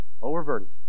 overburdened